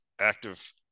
active